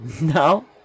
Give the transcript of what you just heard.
No